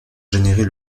générer